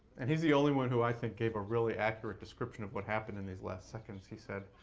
and he's the only one who i think gave a really accurate description of what happened in these last seconds. he said,